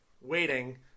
waiting